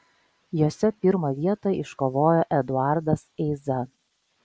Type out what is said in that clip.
jose pirmą vietą iškovojo eduardas eiza